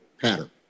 pattern